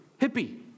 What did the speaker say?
hippie